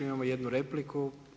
Imamo jednu repliku.